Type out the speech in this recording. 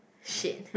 shit